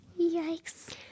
Yikes